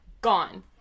gone